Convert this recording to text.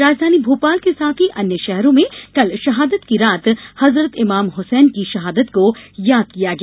राजधानी भोपाल के साथ ही अन्य शहरों में कल शहादत की रात हज़रत इमाम हुसैन की शहादत को याद किया गया